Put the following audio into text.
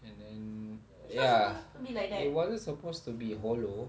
and then ya it wasn't supposed to be hollow